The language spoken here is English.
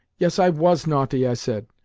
yes, i was naughty, i said.